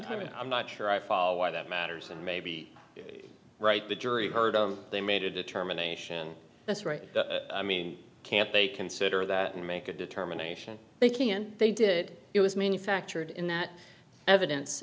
time and i'm not sure i follow why that matters and may be right the jury heard of they made a determination that's right i mean can't they consider that and make a determination they can they did it was manufactured in that